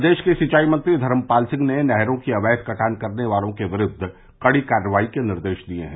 प्रदेश के सिंचाई मंत्री धर्मपाल सिंह ने नहरों की अवैध कटान करने वालों के विरूद्व कड़ी कार्रवाई के निर्देश दिये हैं